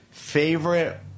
Favorite